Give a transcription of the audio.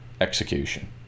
execution